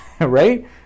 Right